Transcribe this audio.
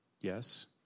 yes